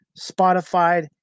Spotify